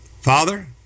Father